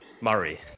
Murray